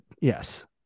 yes